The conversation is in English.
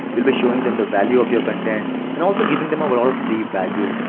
you'll be showing them the value of your content and also giving them overall free value.